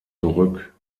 zurück